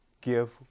give